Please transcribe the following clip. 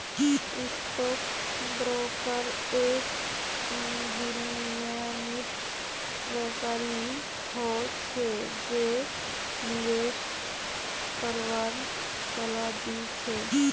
stock broker एक विनियमित व्यापारी हो छै जे निवेश करवार सलाह दी छै